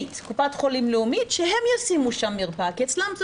קופת חולים לאומית שהם ישימו שם מרפאה כי אצלם זה